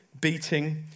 beating